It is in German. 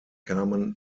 kamen